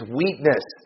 weakness